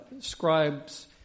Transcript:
scribes